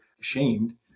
ashamed